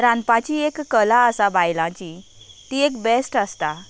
रांदपाची एक कला आसा बायलांचीं ती एक बॅस्ट आसता